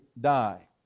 die